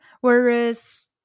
whereas